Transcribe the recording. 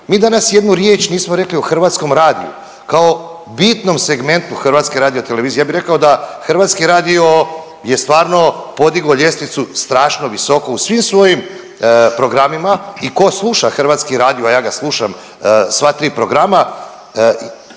Mi danas jednu riječ nismo rekli o Hrvatskom radiju kao bitnom segmentu HRT-a. Ja bi rekao da Hrvatski radio je stvarno podigao ljestvicu strašno visoko u svim svojim programima i ko sluša Hrvatski radio, a ja ga slušam sva tri programa,